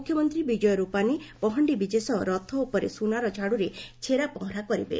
ମୁଖ୍ୟମନ୍ତ୍ରୀ ବିଜୟ ର୍ଚପାନୀ ପହଣ୍ଡି ବିଜେ ସହ ରଥ ଉପରେ ସୁନାର ଝାଡୁରେ ଛୋରପହଁରା କରିବେ